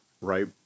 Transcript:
right